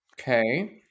okay